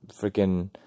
freaking